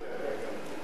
אני מסכימה לכך.